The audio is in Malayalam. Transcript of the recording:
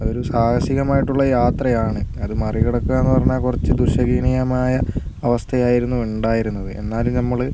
അതൊരു സാഹസികമായിട്ടുള്ള യാത്രയാണ് അത് മറികടക്കുക എന്ന് പറഞ്ഞ കുറച്ച് ദുസ്സഹനീയമായ അവസ്ഥയായിരുന്നു ഉണ്ടായിരുന്നത് എന്നാലും നമ്മള്